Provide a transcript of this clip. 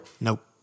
Nope